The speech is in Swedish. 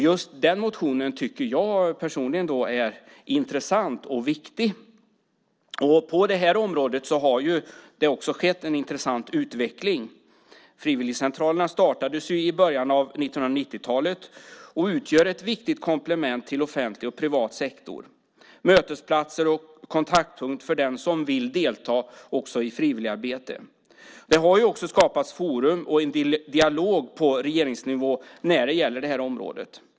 Just motionen om frivilligcentralerna tycker jag personligen är intressant och viktig. På detta område har det också skett en intressant utveckling. Frivilligcentralerna startades i början av 1990-talet och utgör ett viktigt komplement till offentlig och privat sektor och erbjuder mötesplatser och kontaktpunkter för den som vill delta i frivilligarbete. Det har också skapats ett forum och en dialog på regeringsnivå när det gäller detta område.